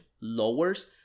lowers